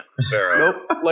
Nope